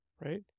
Right